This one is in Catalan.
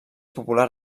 popular